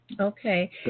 Okay